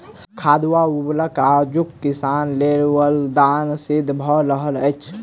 खाद वा उर्वरक आजुक किसान लेल वरदान सिद्ध भ रहल अछि